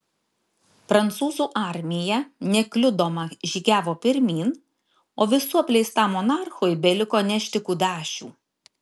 prancūzų armija nekliudoma žygiavo pirmyn o visų apleistam monarchui beliko nešti kudašių